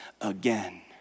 again